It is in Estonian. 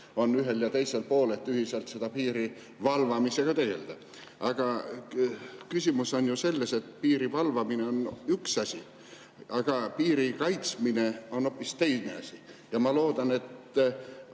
on ühel ja teisel pool, et ühiselt piiri valvamisega tegelda. Aga küsimus on selles, et piiri valvamine on üks asi, piiri kaitsmine on hoopis teine asi. Ma loodan, et